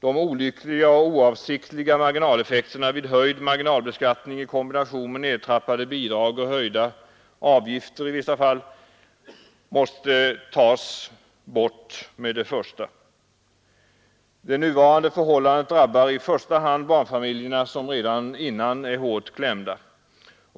De olyckliga och oavsiktliga marginaleffekterna vid höjd marginalbeskattning i kombination med nedtrappade bidrag och höjda avgifter i vissa fall måste tas bort med det snaraste. Det nuvarande förhållandet drabbar i första hand barnfamiljerna, som redan tidigare är hårt klämda.